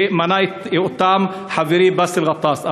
שמנה אותם חברי באסל גטאס,